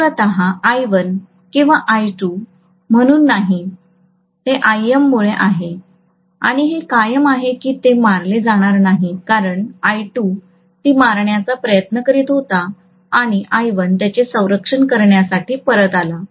तर मूलत I1 किंवा I2 म्हणून नाही ते Im मुळे आहे आणि हे कायम आहे की ते मारले जाणार नाही कारण I2 ती मारण्याचा प्रयत्न करीत होता आणि I1 त्याचे संरक्षण करण्यासाठी परत आला